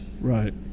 Right